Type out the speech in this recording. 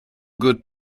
good